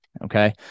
Okay